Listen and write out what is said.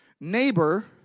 Neighbor